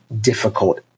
difficult